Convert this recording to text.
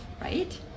right